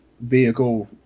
vehicle